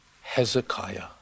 Hezekiah